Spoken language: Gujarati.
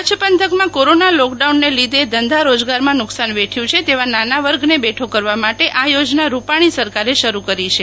કચ્છ પંથકમાં કોરોના લોકડાઉન ને લીધે ધંધા રોજગારમાં નુકશાન વેઠ્યું છે તેવા નાના વર્ગ ને બેઠો કરવા માટે આ યોજના રુપાણી સરકારે શરૂ કરી છે